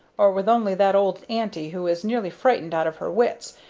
or with only that old aunty, who is nearly frightened out of her wits,